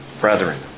brethren